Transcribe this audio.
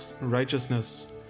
righteousness